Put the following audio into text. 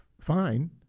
Fine